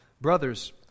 Brothers